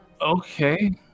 Okay